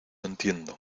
entiendo